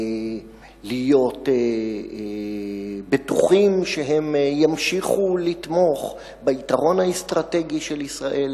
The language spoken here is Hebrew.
להיות בטוחים שהם ימשיכו לתמוך ביתרון האסטרטגי של ישראל,